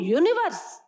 universe